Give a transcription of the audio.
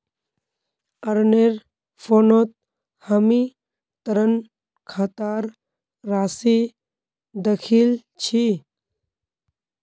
अरनेर फोनत हामी ऋण खातार राशि दखिल छि